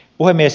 puhemies